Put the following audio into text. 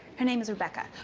her name is rebecca.